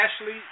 Ashley